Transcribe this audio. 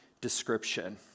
description